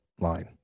line